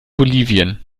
bolivien